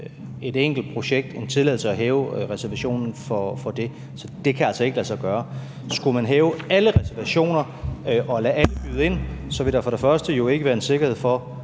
et enkelt projekt tilladelse og hæve reservationen for det. Så det kan altså ikke lade sig gøre. Skulle man hæve alle reservationer og lade alle byde ind, vil der for det første jo ikke være en sikkerhed for,